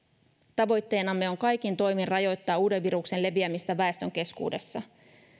tavoitteenamme on kaikin toimin rajoittaa uuden viruksen leviämistä väestön keskuudessa